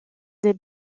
des